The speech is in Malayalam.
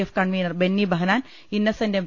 F convener Benny Behanan Innocent M